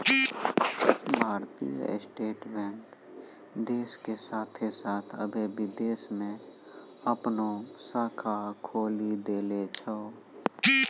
भारतीय State Bank देशो के साथे साथ अबै विदेशो मे अपनो शाखा खोलि देले छै